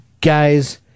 guys